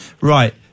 Right